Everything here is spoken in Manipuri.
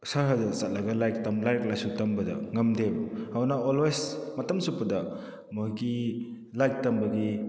ꯁꯍꯔꯗ ꯆꯠꯂꯒ ꯂꯥꯏꯔꯤꯛ ꯂꯥꯏꯁꯨ ꯇꯝꯕꯗ ꯉꯝꯗꯦꯕ ꯑꯗꯨꯅ ꯑꯣꯜꯋꯦꯁ ꯃꯇꯝ ꯆꯨꯞꯄꯗ ꯃꯣꯏꯒꯤ ꯂꯥꯏꯔꯤꯛ ꯇꯝꯕꯒꯤ